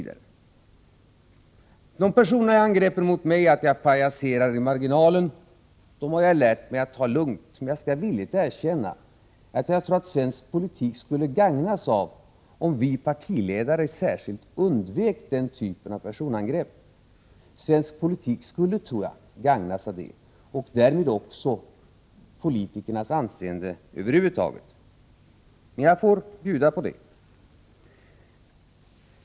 De personliga angreppen mot mig, att jag pajaserar i marginalen osv., har jag lärt mig att ta lugnt. Men jag skall villigt erkänna att jag tror att svensk politik skulle gagnas, om särskilt vi partiledare undvek den typen av personangrepp. Svensk politik skulle gagnas, tror jag, och därmed också politikernas anseende över huvud taget. Men jag får bjuda på det.